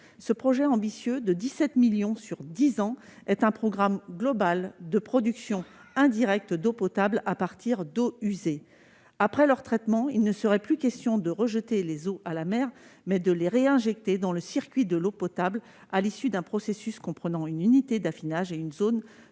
Ce projet ambitieux, de 17 millions d'euros sur dix ans, est un programme global de production indirecte d'eau potable à partir d'eaux usées. Après traitement, il serait question non plus de les rejeter à la mer, mais de les réinjecter dans le circuit de l'eau potable à l'issue d'un processus comprenant une unité d'affinage et une zone